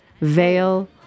veil